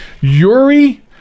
Yuri